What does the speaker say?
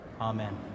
amen